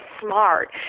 smart